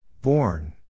Born